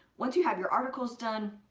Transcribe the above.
once you have your articles done,